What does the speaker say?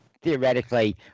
theoretically